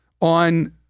on